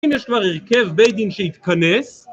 אם יש כבר הרכב בית דין שהתכנס